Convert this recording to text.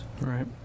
Right